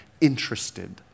interested